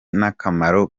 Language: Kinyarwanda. n’akamaro